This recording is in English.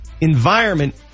environment